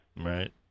Right